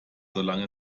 solange